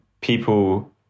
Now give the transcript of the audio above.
people